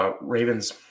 Ravens